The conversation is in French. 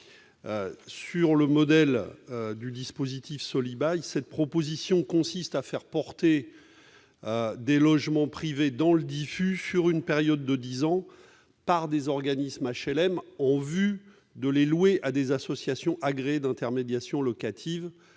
Sur le modèle du dispositif Solibail, cette proposition consiste à faire assumer des logements privés dans le diffus sur une période de dix ans par des organismes d'HLM en vue de les louer à des associations agréées d'intermédiation locative,